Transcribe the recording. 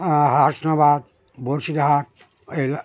হাসনাবাদ বসিরহাট এরা